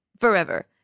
forever